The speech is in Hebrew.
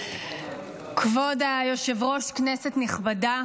כבוד היושב-ראש, כנסת נכבדה,